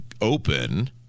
open